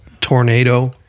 tornado